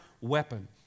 weapon